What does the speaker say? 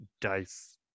dice